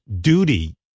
duty